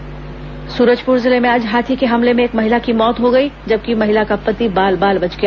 हाथी हमला मौत सूरजपुर जिले में आज हाथी के हमले में एक महिला की मौत हो गई जबकि महिला का पति बाल बाल बच गया